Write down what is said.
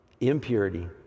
impurity